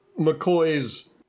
McCoy's